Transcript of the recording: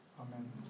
Amen